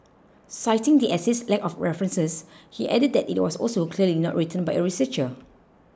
citing the essay's lack of references he added that it was also clearly not written by a researcher